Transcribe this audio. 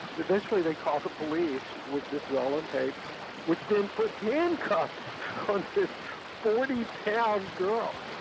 eventually they called the police which this is all on tape which then put handcuffs on this forty pound girl.